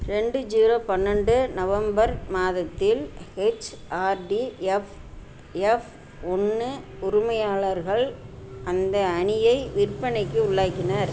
ரெண்டு ஜீரோ பன்னெண்டு நவம்பர் மாதத்தில் ஹெச்ஆர்டி எஃப்எஃப் ஒன்று உரிமையாளர்கள் அந்த அணியை விற்பனைக்கு உள்ளாக்கினர்